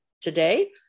today